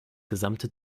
gesamte